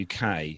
UK